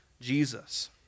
Jesus